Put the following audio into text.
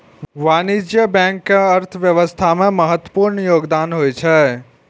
वाणिज्यिक बैंक के अर्थव्यवस्था मे महत्वपूर्ण योगदान होइ छै